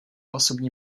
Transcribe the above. osobní